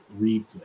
replay